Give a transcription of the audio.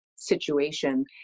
Situation